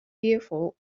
fearful